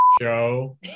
show